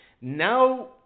Now